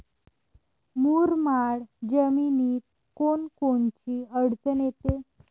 मुरमाड जमीनीत कोनकोनची अडचन येते?